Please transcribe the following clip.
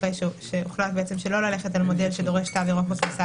אחרי שהוחלט שלא ללכת על מודל שדור תו ירוק בכניסה